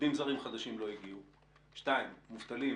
עובדים זרים חדשים לא הגיעו; שניים מובטלים